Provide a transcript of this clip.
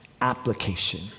application